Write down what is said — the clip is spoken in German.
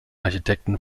architekten